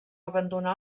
abandonà